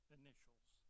initials